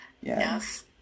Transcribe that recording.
yes